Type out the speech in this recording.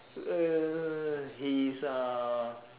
uh he is a